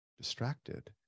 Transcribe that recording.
distracted